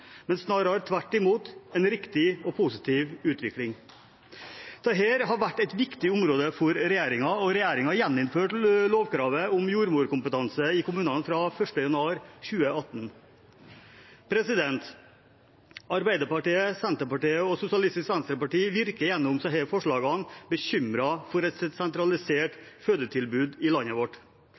snarere tvert imot en riktig og positiv utvikling. Dette har vært et viktig område for regjeringen, og regjeringen gjeninnførte lovkravet om jordmorkompetanse i kommunene fra 1. januar 2018. Arbeiderpartiet, Senterpartiet og SV virker gjennom disse forslagene bekymret for et sentralisert fødetilbud i landet vårt.